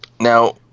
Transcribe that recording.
Now